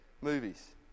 Movies